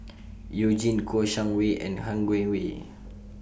YOU Jin Kouo Shang Wei and Han Guangwei